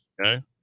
Okay